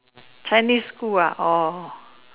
Chinese school ah oh